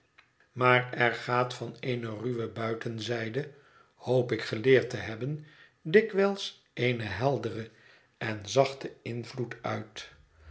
maar er gaat van eene ruwe buitenzijde hoop ik geleerd te hebben dikwijls een heldere en zachte invloed uit